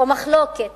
או יש סכסוך,